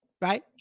right